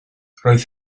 roedd